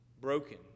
broken